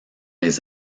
les